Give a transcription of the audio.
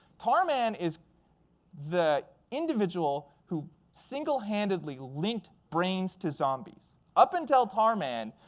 tar man is the individual who single handedly linked brains to zombies. up until tar man,